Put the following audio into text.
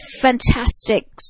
fantastic